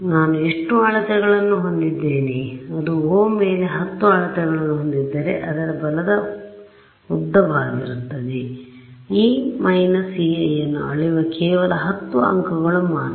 ನಾನು ಎಷ್ಟು ಅಳತೆಗಳನ್ನು ಹೊಂದಿದ್ದೇನೆಂದರೆ ಅದು ಒ ಮೇಲೆ 10 ಅಳತೆಗಳನ್ನು ಹೊಂದಿದ್ದರೆ ಅದು ಬಲದ ಉದ್ದವಾಗಿರುತ್ತದೆ E − Ei ಅನ್ನು ಅಳೆಯುವ ಕೇವಲ 10 ಅಂಕಗಳು ಮಾತ್ರ